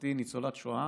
סבתי ניצולת שואה,